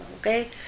okay